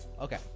Okay